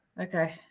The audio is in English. Okay